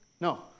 No